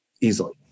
easily